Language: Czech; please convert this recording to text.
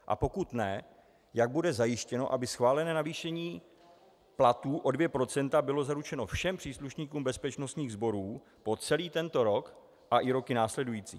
A pokud ne, jak bude zajištěno, aby schválené navýšení platů o dvě procenta bylo zaručeno všem příslušníkům bezpečnostních sborů po celý tento rok a i roky následující.